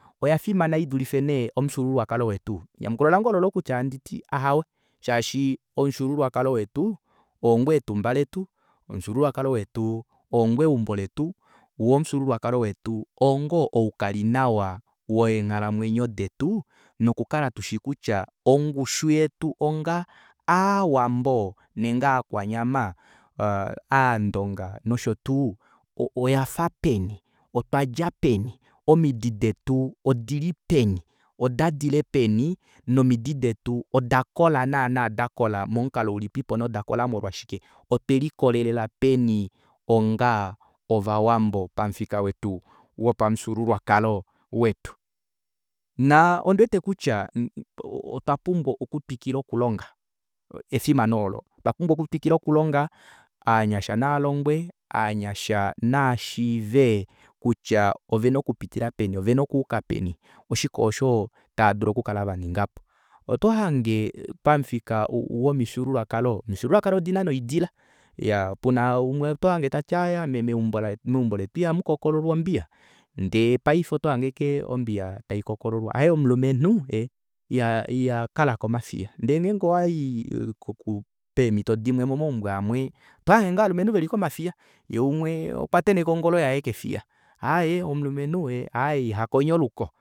Oyafimana idulife nee omufyuululwakalo wetu enyamukulo lange ololo kutya anditi ahawe shaashi omufyuululwakalo wetu oo ngoo etumba letu omufyuululwakalo wetu oo ngoo eumbo letu woo omufyuululwakalo wetu oo ngoo oukalinawa weenghalamwenyo detu nokukala tushi kutya ongushu yetu onga aawambo nenge aakwanyama aandonga noshotuu oyafapeni otwadja peni omidi detu odili peni odadile peni nomidi detu odakola naana dakola momukalo ulipipo nodakola molwashike otwelikololelela peni onga ovawambo pamufika wetu wopamufyuululwakalo wetu naa ondiwete kutya otwa pumbwa okutwikila okulonga efimano oolo otwapumbwa okutwikila okulonga ovanyasha naalongwe ovanyasha naashive kutya ovena okupitila peni ovena okuuka peni oshike oosho taadulu okukala vaningapo oto hange pamufika womifyuululwakalo omifyuulukwalo odina noidila iyaa pena umwe otohange tati aaye ame meumbo letu ihamu kokololwa ombiya ndee paife otohange ashike ombiya taikokololwa aaye omulumenhu ee iya iyakala komafiya ndee ngenge owayi koku peemito dimwe momaumbo amwe oto hange ngoo ovalumenhu veli komafiya yee umwe okwateneka ongolo yaye kefiya aaye omulumenhu aaye ihakonya oluko